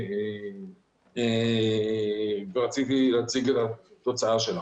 ואני אציג את התוצאה שלה.